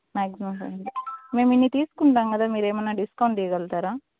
maximum five hundred మేము ఇన్ని తీసుకుంటాము గదా మీరు ఏమైనా డిస్కౌంట్ ఇవ్వగలుగుతారా